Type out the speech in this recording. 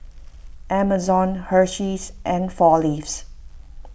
Amazon Hersheys and four Leaves